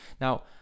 Now